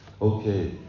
Okay